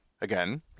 Again